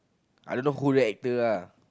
I don't know who the actor lah